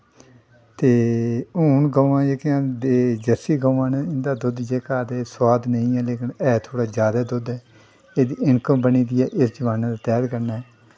ते हून गवां जेह्कियां न जरसी गवां न ते उं'दा दुद्ध जेह्का ते सोआद नेईं ऐ लेकिन है थोह्ड़ा जैदा दुद्ध ऐ ते इंकम बनी दी ऐ इस जमाने दे तैह्त कन्नै